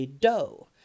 dough